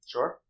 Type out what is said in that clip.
Sure